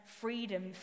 freedom